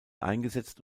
eingesetzt